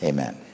Amen